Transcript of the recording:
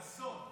אסון.